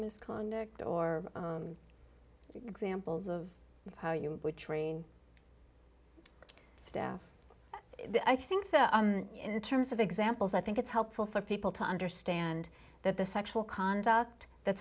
misconduct or examples of how you would train steph i think in terms of examples i think it's helpful for people to understand that the sexual conduct that